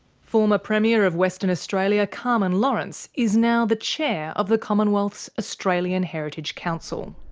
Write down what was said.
former premier of western australia carmen lawrence is now the chair of the commonwealth's australian heritage council.